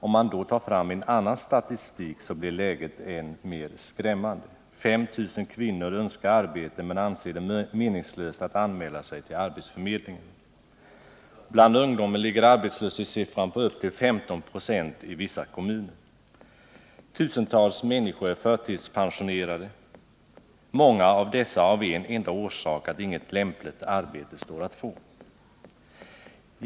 Om man tar fram annan statistik finner man att läget är än mer skrämmande. 5 000 kvinnor önskar arbete men anser det meningslöst att anmäla sig till arbetsförmedlingarna. Bland ungdomen ligger arbetslöshetstalet på upp till 15 20 i vissa kommuner. Tusentals människor är förtidspensionerade, många av dessa av en enda orsak: att inget lämpligt arbete står att få.